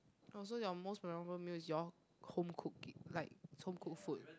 orh so your most memorable meal is your home cook it like is home cooked food